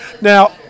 Now